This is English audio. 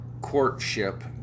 courtship